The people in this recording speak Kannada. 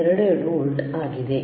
22 ವೋಲ್ಟ್ ಆಗಿದೆ